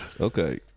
Okay